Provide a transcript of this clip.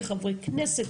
חברי כנסת,